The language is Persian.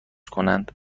کنند